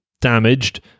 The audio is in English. damaged